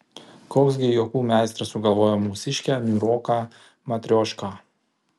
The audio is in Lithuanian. koks gi juokų meistras sugalvojo mūsiškę niūroką matriošką